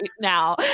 now